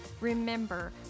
Remember